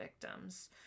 victims